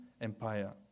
Empire